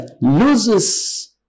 loses